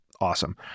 awesome